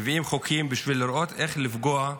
מביאים חוקים בשביל לראות איך לפגוע,